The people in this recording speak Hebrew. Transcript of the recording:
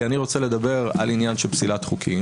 כי אני רוצה לדבר על עניין של פסילת חוקים